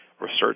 research